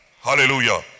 Hallelujah